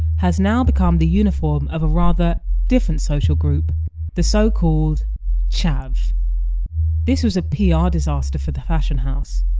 has now become the uniform of a rather different social group the so-called chav this was a pr ah disaster for the fashion house,